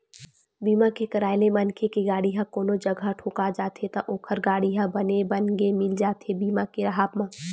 बीमा के कराय ले मनखे के गाड़ी ह कोनो जघा ठोका जाथे त ओखर गाड़ी ह बने बनगे मिल जाथे बीमा के राहब म